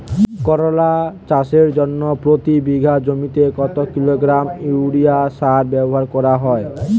করলা চাষের জন্য প্রতি বিঘা জমিতে কত কিলোগ্রাম ইউরিয়া সার ব্যবহার করা হয়?